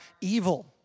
evil